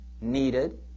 needed